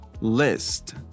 list